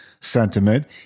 sentiment